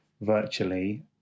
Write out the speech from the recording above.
virtually